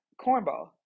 cornball